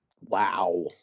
Wow